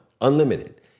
unlimited